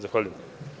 Zahvaljujem.